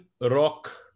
rock